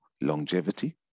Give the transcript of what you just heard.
longevity